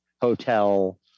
hotel